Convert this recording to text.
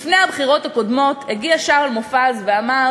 לפני הבחירות הקודמות הגיע שאול מופז ואמר